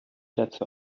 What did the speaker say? dazu